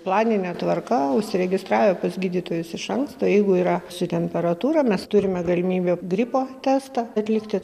planine tvarka užsiregistravę pas gydytojus iš anksto jeigu yra ši temperatūra mes turime galimybę gripo testą atlikti